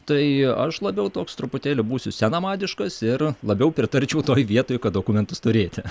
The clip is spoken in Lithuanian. tai aš labiau toks truputėlį būsiu senamadiškas ir labiau pritarčiau toj vietoj kad dokumentus turėti